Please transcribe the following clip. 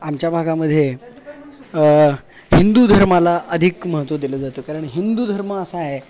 आमच्या भागामध्ये हिंदू धर्माला अधिक महत्त्व दिलं जातं कारण हिंदू धर्म असा आहे